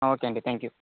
okay అండి thank you